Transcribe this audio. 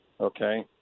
okay